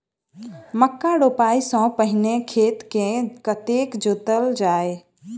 मक्का रोपाइ सँ पहिने खेत केँ कतेक जोतल जाए?